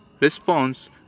response